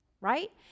Right